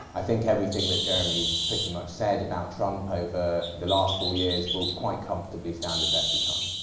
i think everything that jeremy pretty much said about trump over the last four years, will quite comfortably stand the test of time.